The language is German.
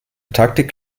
taktik